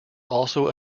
also